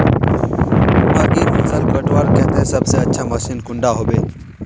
मकईर फसल कटवार केते सबसे अच्छा मशीन कुंडा होबे?